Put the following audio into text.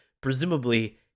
Presumably